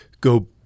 go